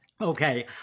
Okay